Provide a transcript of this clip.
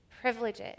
privileges